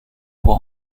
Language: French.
foi